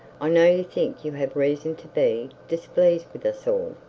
i know you think you have reason to be displeased with us all.